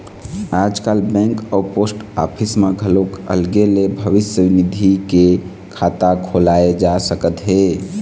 आजकाल बेंक अउ post office म घलोक अलगे ले भविस्य निधि के खाता खोलाए जा सकत हे